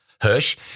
Hirsch